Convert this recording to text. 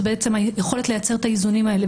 הם ביכולת לייצר את האיזונים האלה.